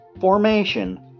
formation